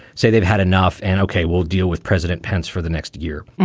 say they've had enough and ok, we'll deal with president pence for the next year.